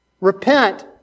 Repent